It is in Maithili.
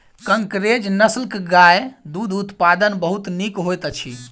कंकरेज नस्लक गाय के दूध उत्पादन बहुत नीक होइत अछि